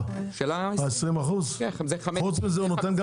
חוץ מזה הוא נותן גם